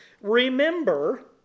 Remember